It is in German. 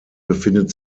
befindet